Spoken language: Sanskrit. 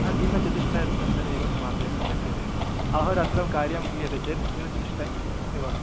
दिनचतुष्टयाभ्यन्तरे एव समापयितुं शक्यते अहोरात्रौ कार्यं क्रियते चेत् दिनचतुष्टयम् एव